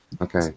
okay